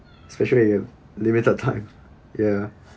especially you have limited time ya